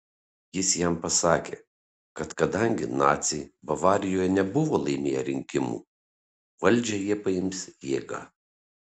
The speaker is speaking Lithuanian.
jis jam pasakė kad kadangi naciai bavarijoje nebuvo laimėję rinkimų valdžią jie paims jėga